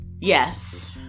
yes